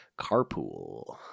carpool